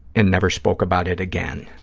and never spoke about it again.